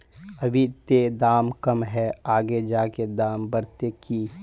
अभी ते दाम कम है आगे जाके दाम बढ़ते की?